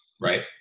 Right